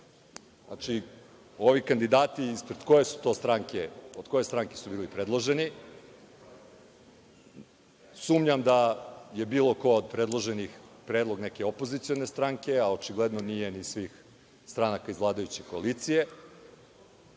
Znači, ovi kandidati, ispred koje su to stranke, od koje stranke su bili predloženi? Sumnjam da je bilo ko od predloženih predlog neke opozicione stranke, a očigledno nije ni svih stranaka iz vladajuće koalicije.